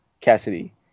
Cassidy